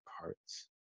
parts